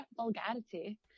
vulgarity